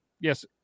Yes